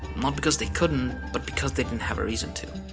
not because they couldn't but because they didn't have a reason to.